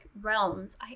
realms